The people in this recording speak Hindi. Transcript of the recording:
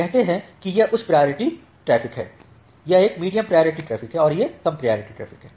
कहते हैं कि यह एक उच्च प्रायोरिटी ट्रैफिक है यह एक मीडियम प्रायोरिटी ट्रैफिक है और यह कम प्रायोरिटी ट्रैफिक है